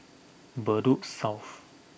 Bedok South